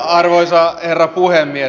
arvoisa herra puhemies